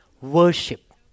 worship